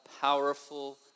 powerful